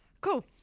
Cool